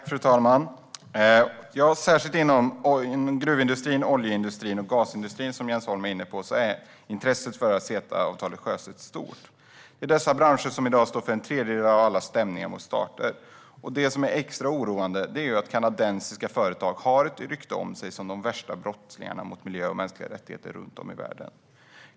Fru talman! Som Jens Holm var inne på är intresset för att CETA-avtalet sjösätts stort inom särskilt gruv, olje och gasindustrin. Dessa branscher står i dag för en tredjedel av alla stämningar av stater. Extra oroande är det att kanadensiska företag har ett rykte om sig att vara de värsta brottslingarna mot miljö och mänskliga rättigheter runt om i världen.